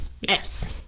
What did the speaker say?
Yes